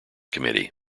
committee